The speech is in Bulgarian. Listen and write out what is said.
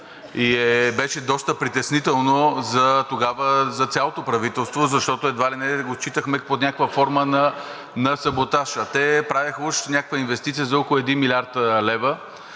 и беше доста притеснително тогава за цялото правителство, защото едва ли не го считахме за някаква форма на саботаж, а те правеха уж някаква инвестиция за около 1 млрд. лв.